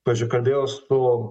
pavyzdžiui kalbėjau su